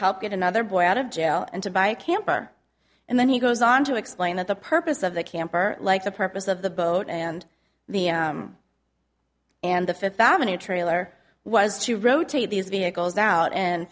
help get another boy out of jail and to buy a camper and then he goes on to explain that the purpose of the camper like the purpose of the boat and the and the fifth avenue trailer was to rotate these vehicles out and